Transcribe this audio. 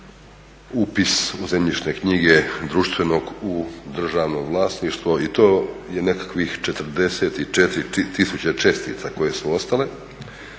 upis u zemljišne knjige društvenog u državno vlasništvo i to je nekakvih 44 tisuće čestica koje su ostale,